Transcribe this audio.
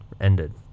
ended